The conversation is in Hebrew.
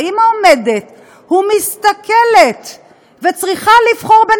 והאימא עומדת ומסתכלת וצריכה לבחור בין